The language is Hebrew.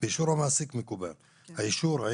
מקובל באישור המעסיק,